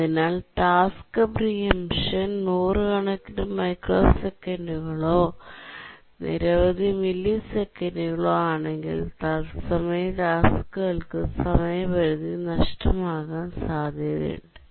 അതിനാൽ task preemption സമയം നൂറുകണക്കിന് മൈക്രോസെക്കൻഡുകളോ നിരവധി മില്ലിസെക്കൻഡുകളോ ആണെങ്കിൽ തത്സമയ ടാസ്കുകൾക്ക് സമയപരിധി നഷ്ടമാകാൻ സാധ്യതയുണ്ട്